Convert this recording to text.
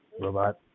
robot